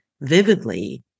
vividly